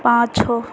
पाछाँ